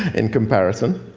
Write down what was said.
in comparison.